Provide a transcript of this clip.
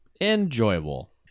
Enjoyable